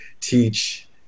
teach